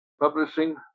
Publishing